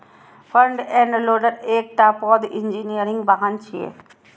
front end loader एकटा पैघ engineering वाहन छियै